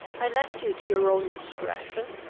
i left you to your own discretion.